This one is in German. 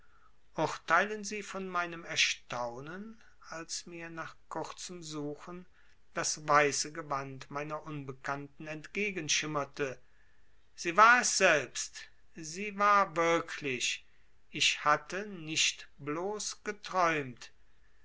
urteilen sie von meinem erstaunen als mir nach kurzem suchen das weiße gewand meiner unbekannten entgegenschimmerte sie war es selbst sie war wirklich ich hatte nicht bloß geträumt